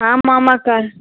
ஆமாம் ஆமாம்க்கா